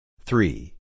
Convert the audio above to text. Three